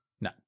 No